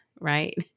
right